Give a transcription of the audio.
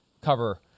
cover